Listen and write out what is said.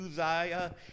Uzziah